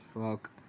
fuck